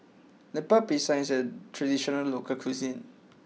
Lemper Pisang is a traditional local cuisine